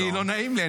לא נעים לי.